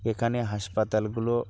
এখানে হাসপাতালগুলো